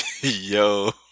Yo